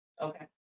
Okay